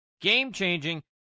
Game-changing